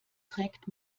trägt